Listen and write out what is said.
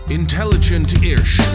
intelligent-ish